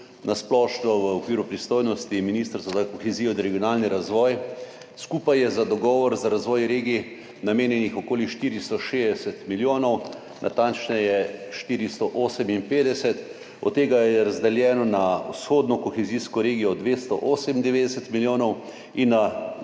na splošno v okviru pristojnosti Ministrstva za kohezijo in regionalni razvoj. Skupaj je za dogovor za razvoj regij namenjenih okoli 460 milijonov, natančneje 458, od tega je razdeljenih na vzhodno kohezijsko regijo 298 milijonov in na